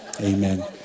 Amen